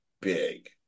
big